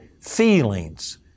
feelings